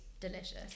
delicious